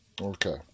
Okay